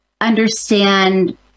understand